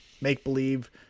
make-believe